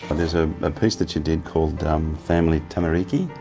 but there's a piece that you did called family tamariki.